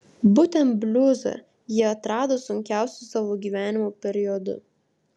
būtent bliuzą ji atrado sunkiausiu savo gyvenimo periodu